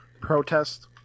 protest